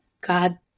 God